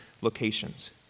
locations